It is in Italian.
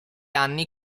anni